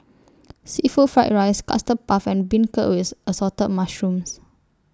Seafood Fried Rice Custard Puff and Beancurd with Assorted Mushrooms